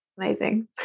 amazing